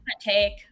take